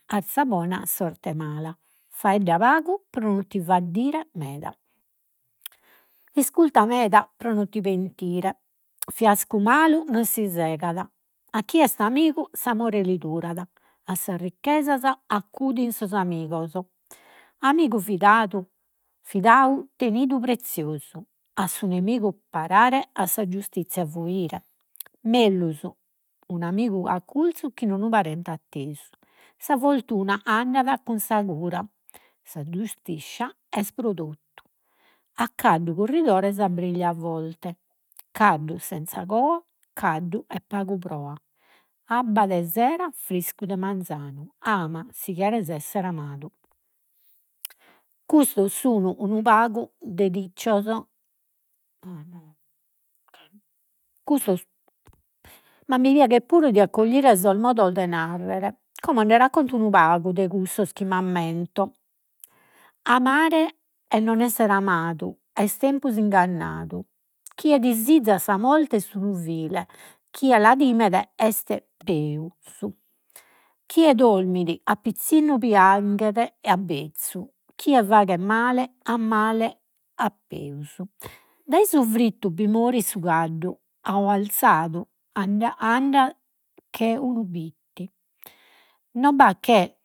Arẓa bona, sorte mala. Faedda pagu pro non ti faddire meda, iscurta meda pro non ti pentire. Fiascu malu non si segat, a chi est amigu s’amore li durat, a sas ricchesas accudin sos amigos, amigu fidadu, prezziosu, a su nemigu parare, a sa giustiscia fuire, unu amigu accurzu chi non unu parente attesu. Sa fortuna andat cun sa cura, sa giustiscia est pro totu, a caddu curridore, sa briglia forte, caddu senza coa, caddu 'e pagu proa, abba de sera, friscu de manzanu, ama si cheres essere amadu, amare e non esser amadu. Custos sun unu pagu de dicios custos ma mi piaghet puru de accoglire sos modos de narrere. Como nde racconto unu pagu de cussos chi m'ammento. Amare e non essere amadu est tempus ingannadu, chie disizat sa morte est unu vile, chie la timet est peus. Chie drommit a pizzinnu pianghet e a bezzu, chie faghet male a male a peus, dai su frittu bi morit su caddu andat che unu bitti, non b'at che